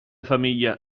famiglia